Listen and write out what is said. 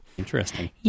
Interesting